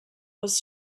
was